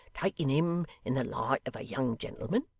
taking him in the light of a young gentleman